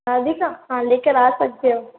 राधिका हाँ ले कर आ सकते हो